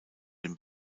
den